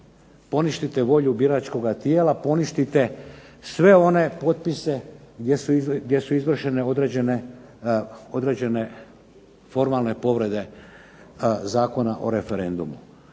poništite volju biračkoga tijela, poništite sve one potpise gdje su izvršene određene formalne povrede Zakona o referendumu.